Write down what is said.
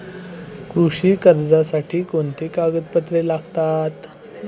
कृषी कर्जासाठी कोणती कागदपत्रे लागतात?